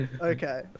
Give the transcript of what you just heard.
okay